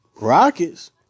Rockets